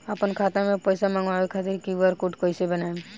आपन खाता मे पईसा मँगवावे खातिर क्यू.आर कोड कईसे बनाएम?